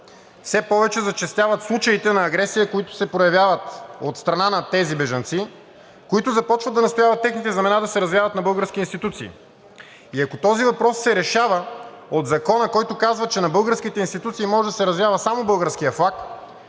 Все повече зачестяват случаите на агресия, които се проявяват от страна на тези бежанци, които започват да настояват техните знамена да се развяват на български институции. И ако този въпрос се решава от закона, който казва, че на българските институции може да се развява само българският флаг,